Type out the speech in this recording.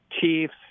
Chiefs